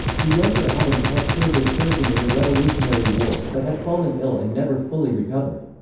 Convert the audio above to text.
the younger adams had served as surgeon in the revolutionary war, but had fallen ill and never fully recovered.